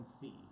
fee